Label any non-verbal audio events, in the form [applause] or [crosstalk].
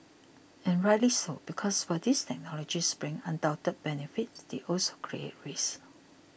[noise] and rightly so because while these technologies bring undoubted benefits they also create risks